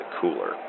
cooler